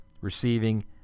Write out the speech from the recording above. receiving